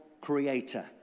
creator